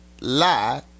lie